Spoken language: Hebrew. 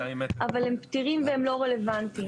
אבל הם פתירים והם לא רלוונטיים.